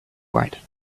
right